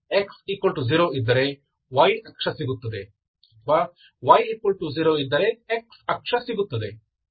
x 0 ಇದ್ದರೆ y ಅಕ್ಷ ಸಿಗುತ್ತದೆ ಅಥವಾ y 0 ಇದ್ದರೆ x ಅಕ್ಷ ಸಿಗುತ್ತದೆ